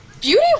Beauty